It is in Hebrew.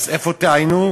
איפה תעיינו?